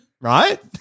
Right